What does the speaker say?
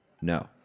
No